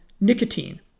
nicotine